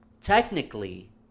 technically